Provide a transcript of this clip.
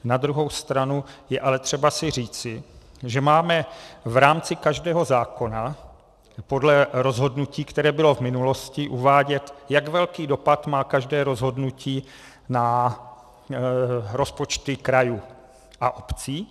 Na druhou stranu je ale třeba si říci, že máme v rámci každého zákona podle rozhodnutí, které bylo v minulosti, uvádět, jak velký dopad má každé rozhodnutí na rozpočty krajů a obcí.